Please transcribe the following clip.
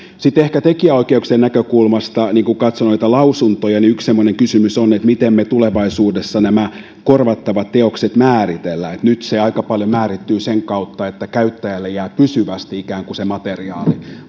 sitten ehkä tekijänoikeuksien näkökulmasta kun katson noita lausuntoja yksi kysymys on miten me tulevaisuudessa nämä korvattavat teokset määrittelemme nyt se aika paljon määrittyy sen kautta että käyttäjälle jää ikään kuin pysyvästi se materiaali